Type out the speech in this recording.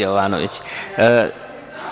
Jovanović.